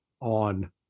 on